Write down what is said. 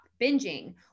binging